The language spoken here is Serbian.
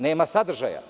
Nema sadržaja.